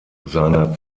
seiner